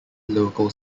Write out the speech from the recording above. local